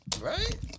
Right